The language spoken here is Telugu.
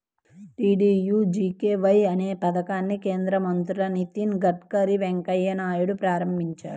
డీడీయూజీకేవై అనే పథకాన్ని కేంద్ర మంత్రులు నితిన్ గడ్కరీ, వెంకయ్య నాయుడులు ప్రారంభించారు